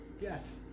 Yes